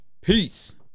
Peace